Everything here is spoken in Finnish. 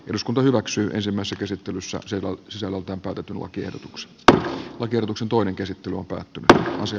eduskunta hyväksyy ensimmäiset esittelyssä se on sisällöltään käytetyn lakiehdotuksen että oikeutuksen toinen käsittely on päättynyt ja asia